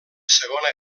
segona